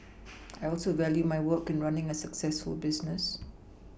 I also value my work and running a successful business